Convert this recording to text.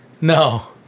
No